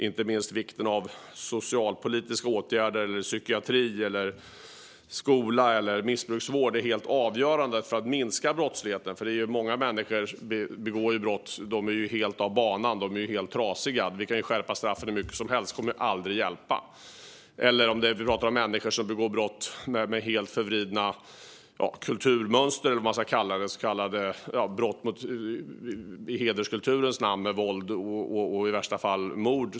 Inte minst socialpolitiska åtgärder eller psykiatri, skola eller missbruksvård är helt avgörande för att minska brottsligheten. Många människor som begår brott är helt av banan. De är helt trasiga. Vi kan skärpa straffen hur mycket som helst. Det kommer aldrig att hjälpa dem. Det kan också vara människor som begår brott som har helt förvridna kulturmönster - eller vad man ska kalla det. Det handlar om brott i hederskulturens namn genom våld och i värsta fall mord.